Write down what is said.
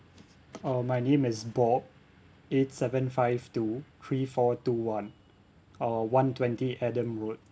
uh my name is bob eight seven five two three four two one uh one twenty adam road